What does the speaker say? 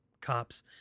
cops